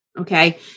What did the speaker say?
Okay